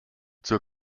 zur